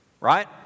right